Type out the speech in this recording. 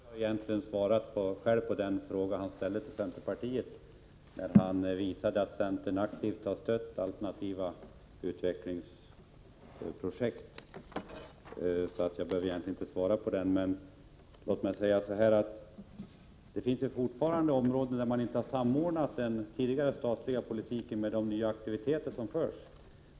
Fru talman! Lars Leijonborg har själv svarat på den fråga han ställde till centern, när han visar att centern aktivt har stött alternativa utvecklingsprojekt. Jag behöver alltså egentligen inte svara, men låt mig säga att det fortfarande finns områden där man inte har samordnat den tidigare statliga politiken med de nya aktiviteter som bedrivs.